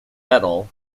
medal